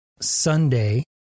Sunday